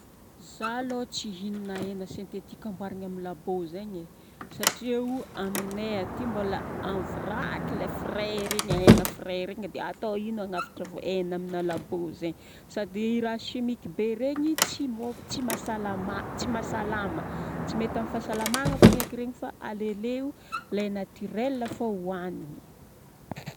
Za aloha tsy hihinana hena sentetika amboarina amin'ny labo zaigny ai satria aminay aty mbola en vrac le frais regny, hena frais regny, dia atao ino hanafatra hena amina labo zaigny. Sady raha chimique be regny tsy mô- tsy mahasalamà, tsy mahasalama. Tsy mety amin'ny fahasalamagna fogna eky regny fa aleoleo lay naturel fô hohagniny.